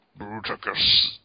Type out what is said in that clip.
Bruticus